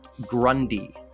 Grundy